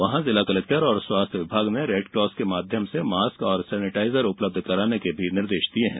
वहां जिला कलेक्टर और स्वास्थ्य विभाग ने रेडकास के माध्यम से मॉस्क और सेनेटाइजर उपलब्ध कराने के भी निर्देश दिये हैं